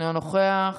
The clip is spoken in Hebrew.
אינו נוכח,